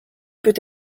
peut